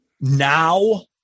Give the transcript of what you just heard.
now